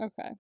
Okay